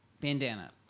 Bandana